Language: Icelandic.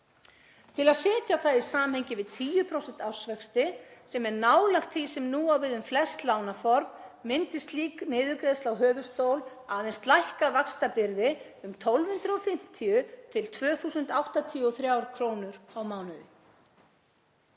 „Til að setja það í samhengi við 10% ársvexti sem er nálægt því sem nú á við um flest lánaform myndi slík niðurgreiðsla á höfuðstól aðeins lækka vaxtabyrði um 1.250–2.083 kr. á mánuði.“